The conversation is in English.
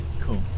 Cool